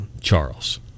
Charles